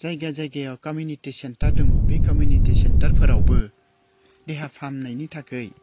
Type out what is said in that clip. जायगा जायगायाव community centre दङ बे कमिउनिटि सेन्टारफोरावबो देहा फाहामनायनि थाखाय